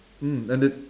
mm and they